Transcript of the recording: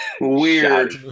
Weird